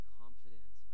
confident